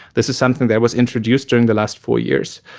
this is something that was introduced during the last four years.